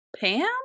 Pam